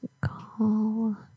call